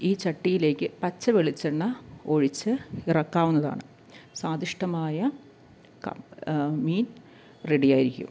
ഈ ചട്ടിയിലേക്ക് പച്ച വെളിച്ചെണ്ണ ഒഴിച്ച് ഇറക്കാവുന്നതാണ് സ്വാദിഷ്ടമായ ക മീൻ റെഡിയായിരിക്കും